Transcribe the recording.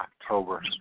October